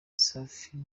safi